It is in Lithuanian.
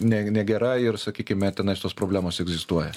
ne negera ir sakykime tenais tos problemos egzistuoja